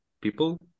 people